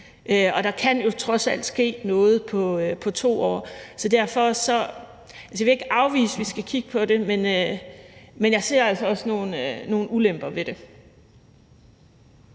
og der kan jo trods alt ske noget på 2 år. Så jeg vil ikke afvise, at vi skal kigge på det, men jeg ser altså også nogle ulemper ved det.